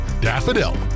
Daffodil